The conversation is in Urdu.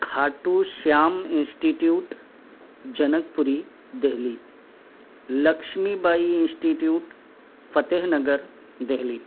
Khatu Shyam institute Janakpuri Delhi Lakshmi Bai institute Fateh Nagar Delhi